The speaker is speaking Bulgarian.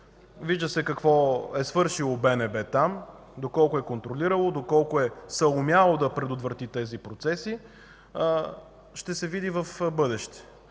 вижда се какво е свършило БНБ там, доколко е контролирало, доколко е съумяло да предотврати тези процеси – ще се види в бъдеще